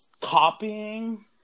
copying